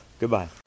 Goodbye